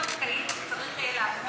זו תהיה ערבות בנקאית שצריך להפקיד?